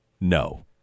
no